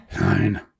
Nine